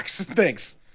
thanks